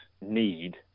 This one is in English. need